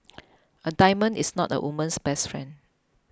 a diamond is not a woman's best friend